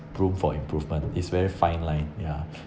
room for improvement is very fine line ya